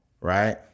right